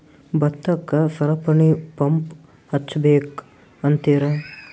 ಭತ್ತಕ್ಕ ಸರಪಣಿ ಪಂಪ್ ಹಚ್ಚಬೇಕ್ ಅಂತಿರಾ?